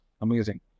Amazing